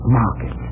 market